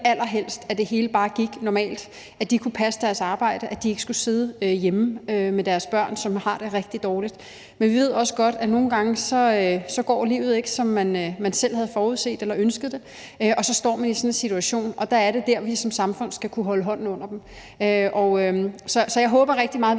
at det hele bare gik normalt, at de kunne passe deres arbejde, og at de ikke skulle sidde hjemme med deres børn, som har det rigtig dårligt. Men vi ved også godt, at nogle gange går livet ikke, som man selv havde forudset eller ønsket det, og så står man i sådan en situation. Og det er dér, vi som samfund skal kunne holde hånden under dem. Så jeg håber rigtig meget,